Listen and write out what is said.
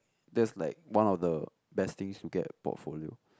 that's like one of the best things to get a portfolio